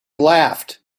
laughed